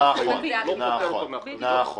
נכון.